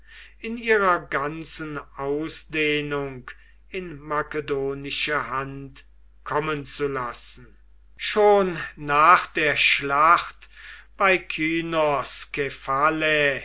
in ihrer ganzen ausdehnung in makedonische hand kommen zu lassen schon nach der schlacht bei